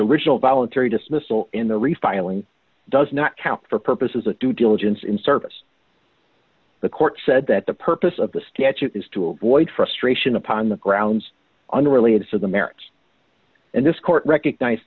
original voluntary dismissal in the refiling does not count for purposes of due diligence in service the court said that the purpose of the statute is to avoid frustration upon the grounds unrelated to the marriage and this court recognize